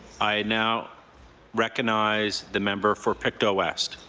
i now recognize the member for pictou west.